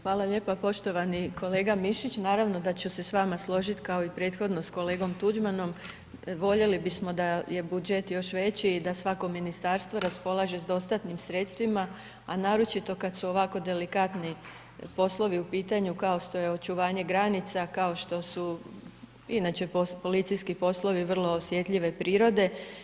Hvala lijepa poštovani kolega Mišić, naravno da ću se s vama složit, kao i prethodno s kolegom Tuđmanom, voljeli bismo da je budžet još veći i da svako ministarstvo raspolaže s dostatnim sredstvima, a naročito kad su ovako delikatni poslovi u pitanju kao što je očuvanje granica, kao što su inače policijski poslovi vrlo osjetljive prirode.